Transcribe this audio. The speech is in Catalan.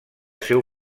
seu